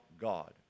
God